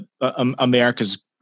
America's